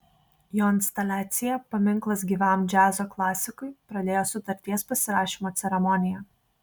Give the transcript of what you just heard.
jo instaliacija paminklas gyvam džiazo klasikui pradėjo sutarties pasirašymo ceremoniją